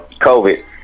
COVID